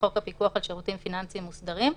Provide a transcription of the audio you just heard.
חוק הפיקוח על שירותים פיננסיים מוסדרים,